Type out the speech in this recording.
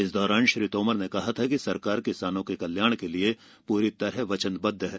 इस दौरान श्री तोमर ने कहा था कि सरकार किसानों के कल्याण के लिए पूरी तरह वचनबद्ध है